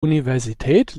universität